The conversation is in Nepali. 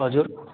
हजुर